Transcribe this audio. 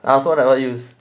I also never use